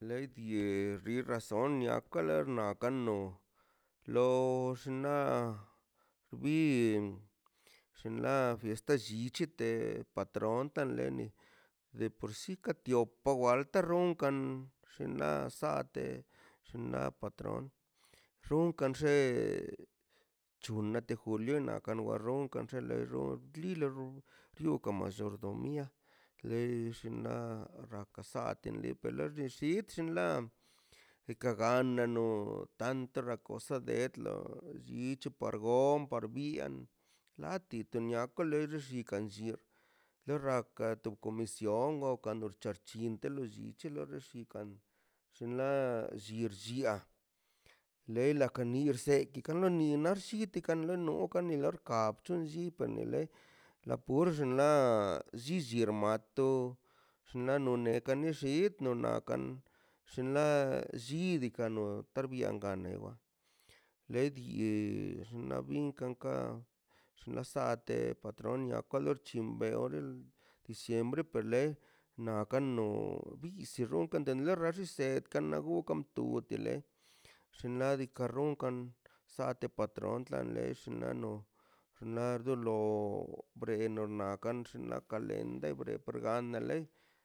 Leidie bi razon niakalrə niakano lo xna bi llxna fiesta shi c̱hete patron tanleni de porsi ka tio pa wal tarron kan shinan sate shina patron xun kanxshen c̱hunnante julio naka warron ka chelerron lilerr ḻio ka mayordomía lell na rrakasaka lipe lexdillzidꞌ zidnḻa kekaganno tant ra cosa de etla zi c̱hopar gom par byen ḻaꞌti teniakale zikan zie le rrakaꞌ to comisión wokan dorcha rchinten lozichen lo resikan sinla sirzia le la canirse kika nani narsi tikalenokaꞌ nilarkab tun zibenele la purz la zizierbmato xnanone kanishib nonakan shlna ḻa llid kano karbienganewaꞌ ledid xnabin kankan xṉasateꞌ patroniaꞌ kalor c̱hin beoꞌl diciembre per le naꞌ kano bizꞌ sirronkaꞌ denle rrersendkaꞌ naꞌ gogkaꞌ to dii denle xunadikan rronkaꞌn saateꞌ patrontlaꞌ leshnano naꞌ dolo breenonaꞌ kaꞌ nx ḻakaꞌ lende bre brangaḻeꞌ.